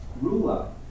ruler